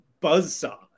buzzsaw